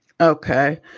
okay